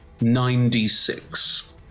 Ninety-six